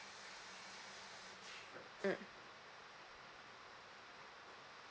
mm